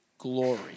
Glory